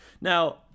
now